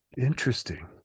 interesting